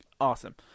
awesome